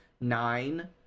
Nine